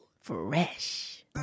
Fresh